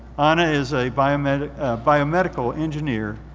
ana is a biomedical biomedical engineer,